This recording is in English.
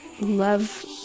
love